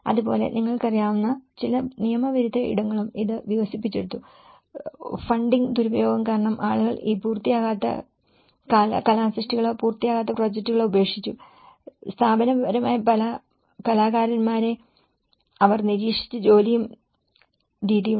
അതുപോലെ നിങ്ങൾക്ക് അറിയാവുന്ന ചില നിയമവിരുദ്ധ ഇടങ്ങളും ഇത് വികസിപ്പിച്ചെടുത്തു ഫണ്ടിംഗ് ദുരുപയോഗം കാരണം ആളുകൾ ഈ പൂർത്തിയാകാത്ത കലാസൃഷ്ടികളോ പൂർത്തിയാകാത്ത പ്രോജക്റ്റുകളോ ഉപേക്ഷിച്ചു സ്ഥാപനപരമായ ഈ കലാകാരന്മാരെ അവർ വീക്ഷിച്ച ജോലിയും രീതിയുമുണ്ട്